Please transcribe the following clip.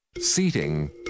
Seating